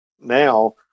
now